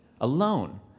alone